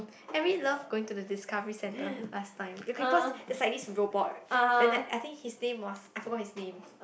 I really love going to the Discovery center last time okay cause there's like this robot then the I think his name was I forgot his name